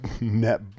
net